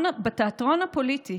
בתיאטרון הפוליטי